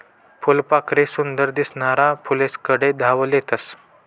फुलपाखरे सुंदर दिसनारा फुलेस्कडे धाव लेतस